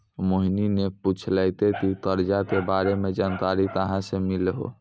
मोहिनी ने पूछलकै की करजा के बारे मे जानकारी कहाँ से मिल्हौं